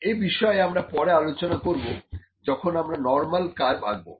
এ বিষয়ে আমরা পরে আলোচনা করব যখন আমরা নরমাল কার্ভ আঁকবো